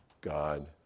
God